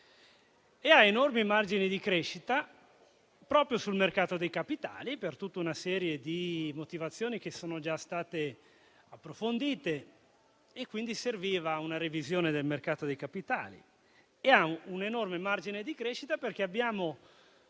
ha enormi margini di crescita proprio sul mercato dei capitali, per tutta una serie di motivazioni che sono già state approfondite (quindi serviva una revisione del mercato dei capitali), e ha un enorme margine di crescita perché abbiamo